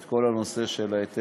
את כל הנושא של ההיתרים.